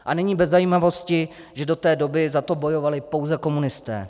A není bez zajímavosti, že do té doby za to bojovali pouze komunisté.